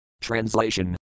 Translation